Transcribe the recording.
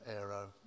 aero